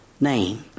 name